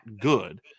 good